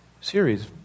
series